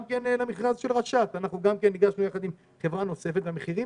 גם כן למכרז של רש"ת הגשנו יחד עם חברה נוספת והמחירים